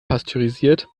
pasteurisiert